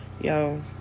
Yo